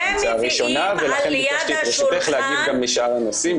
את זה אמרתי את זה לראשונה ולכן ביקשתי את רשותך להגיב גם לשאר הנושאים.